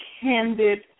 candid